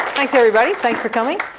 thanks everybody. thanks for coming.